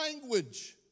language